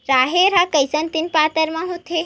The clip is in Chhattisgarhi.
राहेर ह कइसन दिन बादर म होथे?